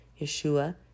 Yeshua